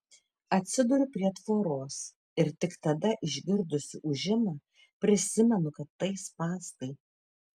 atsiduriu prie tvoros ir tik tada išgirdusi ūžimą prisimenu kad tai spąstai